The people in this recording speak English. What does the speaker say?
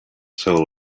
soul